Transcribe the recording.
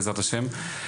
בעזרת השם.